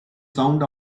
sound